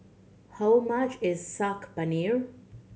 how much is Saag Paneer